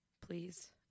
Please